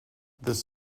this